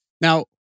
Now